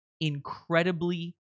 incredibly